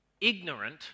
ignorant